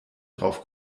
drauf